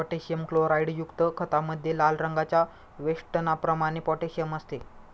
potassium क्लोराईडयुक्त खतामध्ये लाल रंगाच्या वेष्टनाप्रमाणे पोटॅशियम असते